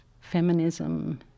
feminism